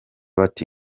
bati